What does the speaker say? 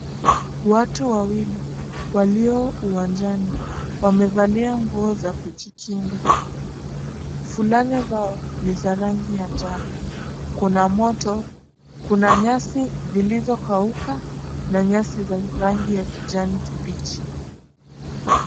Watu wawili walio uwanjani, wamevalia nguo za kujikinga. Fulana zao ni za rangi ya njano. Kuna moto kuna nyasi zilizokauka na nyasi za rangi ya kijani kibichi.